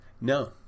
no